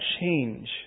change